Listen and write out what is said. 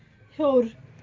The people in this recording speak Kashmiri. ہیوٚر